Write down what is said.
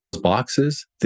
boxes